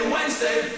Wednesday